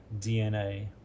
DNA